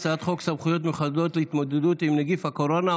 על הצעת חוק סמכויות מיוחדות להתמודדות עם נגיף הקורונה,